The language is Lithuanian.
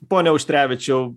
pone auštrevičiau